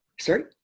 Sorry